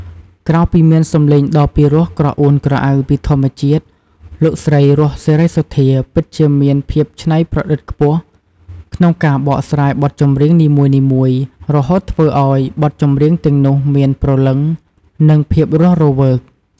ក្រៅពីមានសំឡេងដ៏ពីរោះក្រអួនក្រអៅពីធម្មជាតិ លោកស្រី រស់ សេរីសុទ្ធា ពិតជាមាន ភាពច្នៃប្រឌិតខ្ពស់ ក្នុងការបកស្រាយបទចម្រៀងនីមួយៗ រហូតធ្វើឲ្យបទចម្រៀងទាំងនោះមាន ព្រលឹង និង ភាពរស់រវើក ។